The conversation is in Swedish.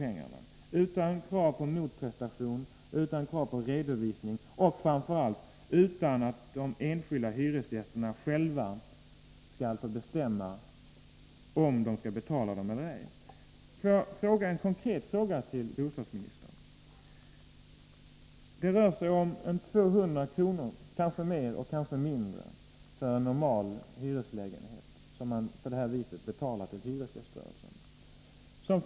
Det ställs inget krav på motprestation utan krav på redovisning av hur pengarna används. Framför allt får inte de enskilda hyresgästerna själva bestämma om de skall betala eller ej. Låt mig ställa ett par konkreta frågor till bostadsministern. Den som bor i en normalstor hyreslägenhet får betala ca 200 kr. till hyresgäströrelsen.